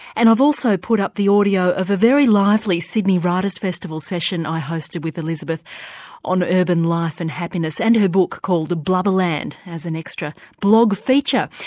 and i've also put up the audio of a very lively sydney writers' festival session i hosted with elizabeth on urban life and happiness and her book called blubberland as an extra blog feature.